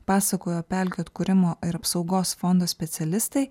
pasakojo pelkių atkūrimo ir apsaugos fondo specialistai